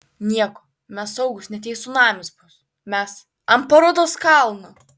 nieko mes saugūs net jei cunamis bus mes ant parodos kalno